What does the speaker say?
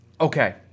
Okay